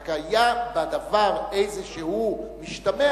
רק היה בדבר איזה משתמע,